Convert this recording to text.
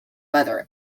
weather